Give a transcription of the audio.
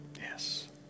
Yes